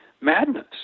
Madness